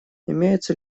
имеются